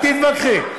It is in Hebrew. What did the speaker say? אל תתווכחי.